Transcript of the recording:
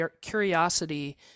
Curiosity